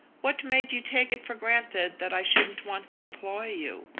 what made you take it for granted that i shouldn't want to employ you,